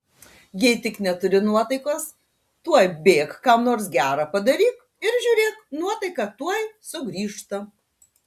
jei tik neturi nuotaikos tuoj bėk kam nors gera padaryk ir žiūrėk nuotaika tuoj sugrįžta